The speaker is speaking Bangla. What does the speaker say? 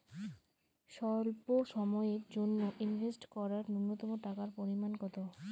স্বল্প সময়ের জন্য ইনভেস্ট করার নূন্যতম টাকার পরিমাণ কত?